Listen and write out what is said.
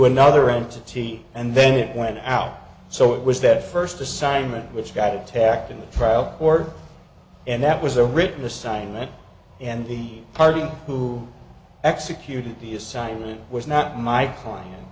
another entity and then it went out so it was that first assignment which got attacked in the trial court and that was a written assignment and the party who executed the assignment was not my p